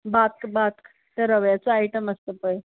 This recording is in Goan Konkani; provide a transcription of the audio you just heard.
बात्क बात्क तें रव्याचो आयटम आसता पळय